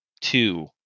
two